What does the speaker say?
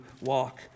walk